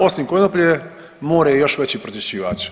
Osim konoplje more je još veći pročišćivač.